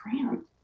grand